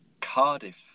Cardiff